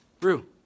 Rue